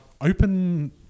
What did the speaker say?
open